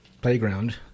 playground